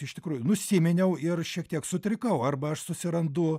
iš tikrųjų nusiminiau ir šiek tiek sutrikau arba aš susirandu